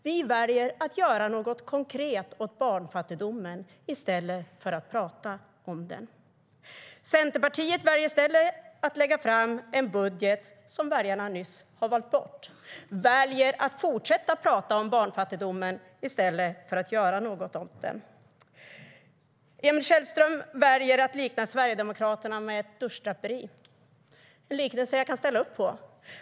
Vi väljer att göra något konkret åt barnfattigdomen i stället för att prata om den. Emil Källström väljer att likna Sverigedemokraterna vid ett duschdraperi. Det är en liknelse jag kan ställa upp på.